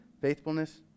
faithfulness